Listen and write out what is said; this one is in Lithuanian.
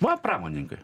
va pramoninkai